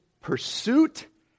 pursuit